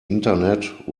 internet